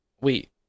Wait